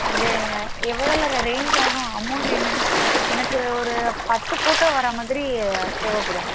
அது எவ்வளோல ரேஞ் ஆகும் அமௌண்ட் என்ன எனக்கு ஒரு பத்து ஃபோட்டோ வர்றமாதிரி தேவைப்படும்